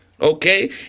okay